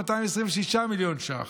226 מיליון ש"ח.